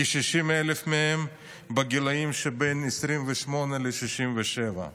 כ-60,000 מהם בגילאים שבין 28 ל-67.